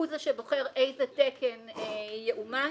הוא זה שבוחר איזה תקן יאומץ.